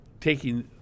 taking